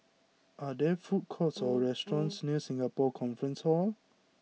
are there food courts or restaurants near Singapore Conference Hall